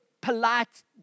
Polite